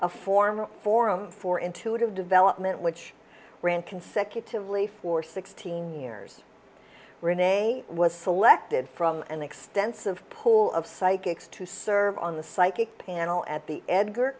a former forum for intuitive development which ran consecutively for sixteen years renee was selected from an extensive poll of psychics to serve on the psychic panel at the edgar